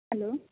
hello